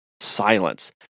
silence